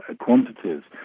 ah quantities.